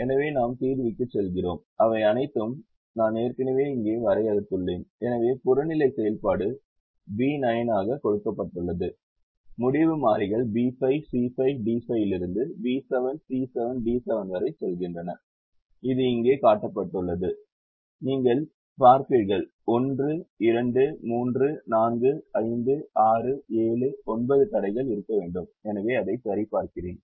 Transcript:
எனவே நாம் தீர்விக்குச் செல்கிறோம் அவை அனைத்தையும் நான் ஏற்கனவே இங்கே வரையறுத்துள்ளேன் எனவே புறநிலை செயல்பாடு B9 ஆக கொடுக்கப்பட்டுள்ளது முடிவு மாறிகள் B5 C5 D5 இலிருந்து B7 C7 D7 வரை செல்கின்றன இது இங்கே காட்டப்பட்டுள்ளது நீங்கள் பார்ப்பீர்கள் 1 2 3 4 5 6 7 9 தடைகள் இருக்க வேண்டும் எனவே அதை சரிபார்க்கிறேன்